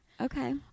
Okay